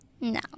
No